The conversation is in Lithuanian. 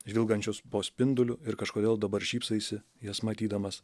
žvilgančios po spinduliu ir kažkodėl dabar šypsaisi jas matydamas